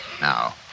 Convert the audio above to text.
Now